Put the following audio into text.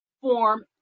form